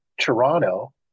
Toronto